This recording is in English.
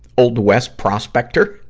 old west prospector.